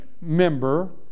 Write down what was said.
member